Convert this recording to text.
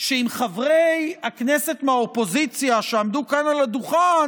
שאם חברי הכנסת מהאופוזיציה שעמדו כאן על הדוכן